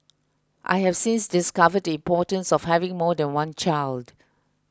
I have since discovered the importance of having more than one child